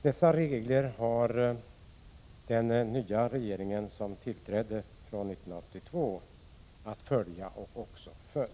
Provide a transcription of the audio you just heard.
Dessa regler har den regering som tillträdde 1982 att följa, och den har också följt dem.